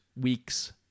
weeks